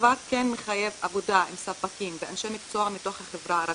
הדבר כן מחייב עבודה עם ספקים ואנשי מקצוע מתוך החברה הערבית.